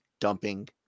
dumping